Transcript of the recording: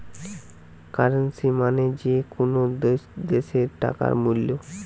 currency মানে যে কোনো দ্যাশের টাকার মূল্য